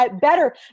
Better